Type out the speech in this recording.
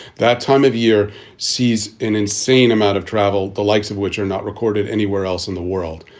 that time of year sees an insane amount of travel, the likes of which are not recorded anywhere else in the world.